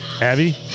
Abby